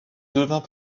devint